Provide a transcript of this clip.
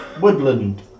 woodland